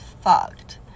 fucked